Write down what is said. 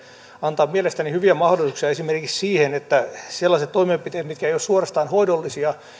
antaa mielestäni hyviä mahdollisuuksia esimerkiksi siihen että sellaiset toimenpiteet mitkä eivät ole suorastaan hoidollisia